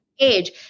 age